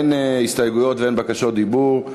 אין הסתייגויות ואין בקשות דיבור.